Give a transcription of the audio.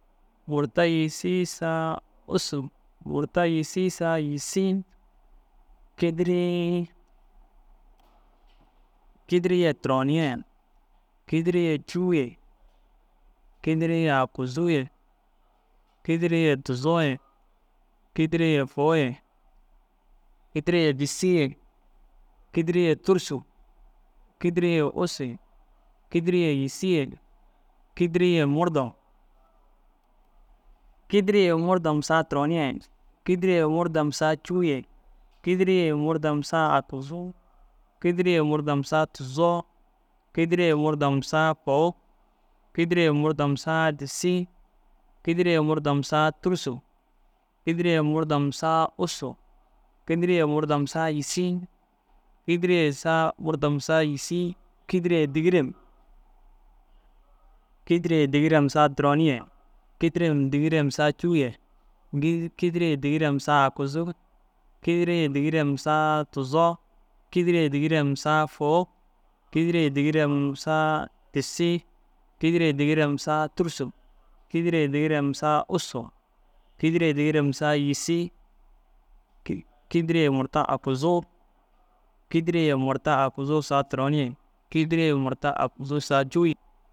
Murta yîsii saa ussu, murta yîsii saa yîsii, kîdirii. Kîdirii ye turonii ye, kîdirii ye cûu ye, kîdirii ye aguzuu ye, kîdirii ye tuzoo ye, kîdirii ye fôu ye, kîdirii ye disii ye, kîdirii ye tûrusu, kîdirii ye ûssu ye, kîdirii ye yîsii ye, kîdirii ye murdom ye. Kîdirii ye murdom saa turon ye, kîdirii ye murdom saa cûu ye, kîdirii ye murdom saa aguzuu, kîdirii ye murdom saa tuzoo, kîdirii ye murdom saa fôu, kîdirii ye murdom saa disii, kîdirii ye murdom saa tûrusu, kîdirii ye murdom saa ussu, kîdirii ye murdom saa yîsii, kîdirii saa murdom saa yîsii, kîdirii ye dîgirem. Kîdirii ye dîgirem saa turon ye, kîdirii ye dîgirem saa cûu ye, kîdirii ye dîgirem saa aguzuu, kîdirii ye dîgirem saa tuzoo, kîdirii ye dîgirem saa fôu, kîdirii ye dîgirem saa disii, kîdirii ye dîgirem saa tûrusu, kîdirii ye dîgirem saa ussu, kîdirii ye dîgirem saa yisii, kîdirii ye murta aguzuu. Kîdirii ye murta aguzuu saa turoni ye, kîdiri ye murta aguzuu saa cûu